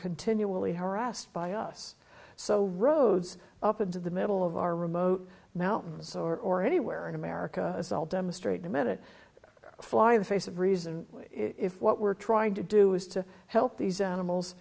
continually harassed by us so roads up into the middle of our remote mountains or anywhere in america i'll demonstrate a minute fly the face of reason if what we're trying to do is to help these animals